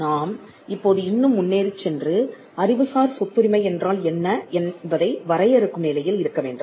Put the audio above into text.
நாம் இப்போது இன்னும் முன்னேறிச் சென்று அறிவுசார் சொத்து உரிமை என்றால் என்ன என்பதை வரையறுக்கும் நிலையில் இருக்க வேண்டும்